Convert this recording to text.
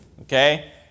Okay